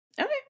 Okay